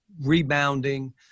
rebounding